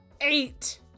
Eight